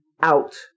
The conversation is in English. out